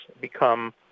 become